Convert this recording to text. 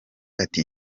ati